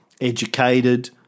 educated